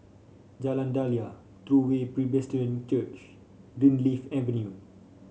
Jalan Daliah True Way Presbyterian Church Greenleaf Avenue